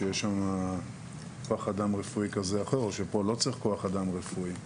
שיש שם כוח אדם רפואי כזה או אחר או שפה לא צריך כוח אדם רפואי.